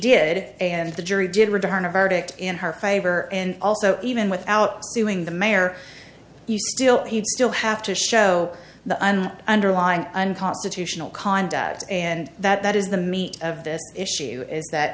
it and the jury did return a verdict in her favor and also even without doing the mayor you still he'd still have to show the underlying unconstitutional conduct and that is the meat of this issue is that